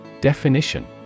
Definition